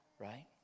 right